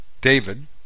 David